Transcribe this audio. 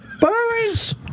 Berries